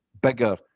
bigger